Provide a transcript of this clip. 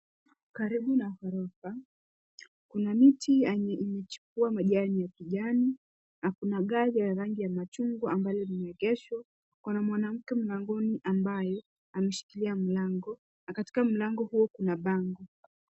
Karibu na ghorofa, Kuna miti yenye imechukuwa rangi ya kijani, Kuna gari ya rangi ya machungwa ambalo limeegeshwa. Kuna mwanamke mlangoni ambaye ameshikilia mlango na katika mlango huo kuna bango.